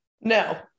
No